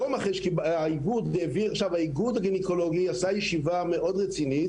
האיגוד הגניקולוגי עשה ישיבה מאוד רצינית